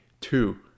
two